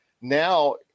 Now